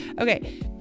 Okay